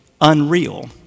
unreal